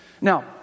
Now